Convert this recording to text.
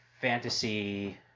fantasy